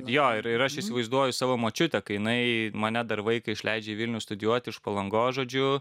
jo ir ir aš įsivaizduoju savo močiutę kai jinai mane dar vaiką išleidžia į vilnių studijuoti iš palangos žodžiu